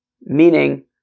meaning